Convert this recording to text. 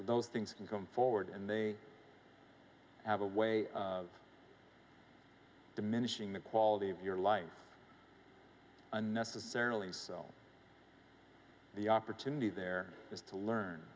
those things come forward and they have a way of diminishing the quality of your life unnecessarily so the opportunities there is to learn